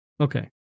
Okay